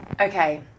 Okay